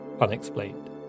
unexplained